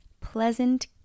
Pleasant